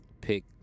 pick